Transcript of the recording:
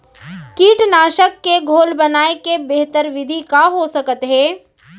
कीटनाशक के घोल बनाए के बेहतर विधि का हो सकत हे?